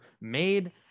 made